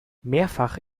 mehrfach